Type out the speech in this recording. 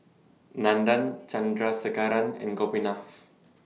Nandan Chandrasekaran and Gopinath